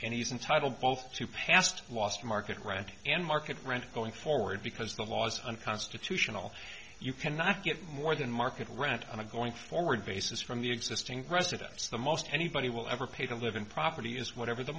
and he's entitled both to past lost market rent and market rent going forward because the laws unconstitutional you cannot get more than market rent on a going forward basis from the existing presidents the most anybody will ever pay to live in property is whatever the